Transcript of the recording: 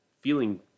feeling